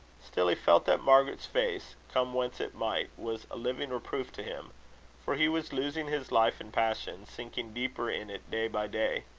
still he felt that margaret's face, come whence it might, was a living reproof to him for he was losing his life in passion, sinking deeper in it day by day.